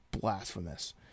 blasphemous